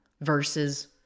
versus